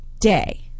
day